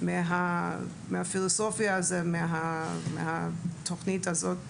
מהפילוסופיה ומהתוכנית הזאת.